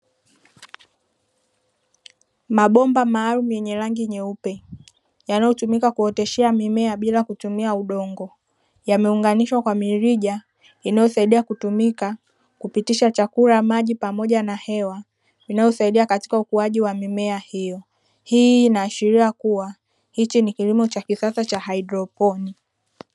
Mabomba maalumu yenye rangi nyeupe yanayotumika kuoteshea mimea bila kutumia udongo. Yameunganishwa kwa mirija inayosaidia kutumika kupitisha chakula, maji, pamoja na hewa; inayosaidia katika ukuaji wa mimea hiyo. Hii inaashiria kuwa hichi ni kilimo cha kisasa cha haidroponi.